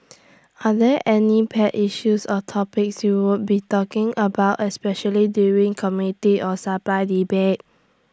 are there any pet issues or topics you would be talking about especially during committee of supply debate